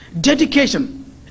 dedication